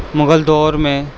مغل دور میں